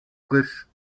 frisch